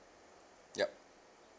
yup